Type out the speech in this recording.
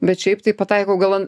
bet šiaip tai pataikau gal an